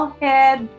head